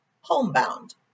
homebound